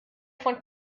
von